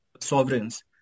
sovereigns